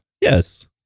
Yes